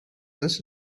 this